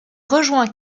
rejoint